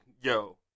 yo